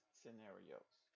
scenarios